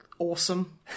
awesome